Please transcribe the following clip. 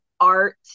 art